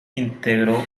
integró